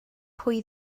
pwy